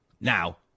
Now